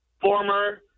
former